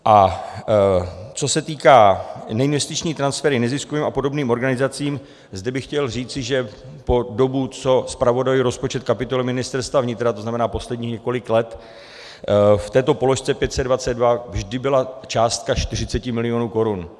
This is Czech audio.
A co se týká neinvestičních transferů neziskovým a podobným organizacím, zde bych chtěl říci, že po dobu, co zpravodajuji rozpočet kapitoly Ministerstva vnitra, to znamená posledních několik let, v této položce 522 vždy byla částka 40 mil. korun.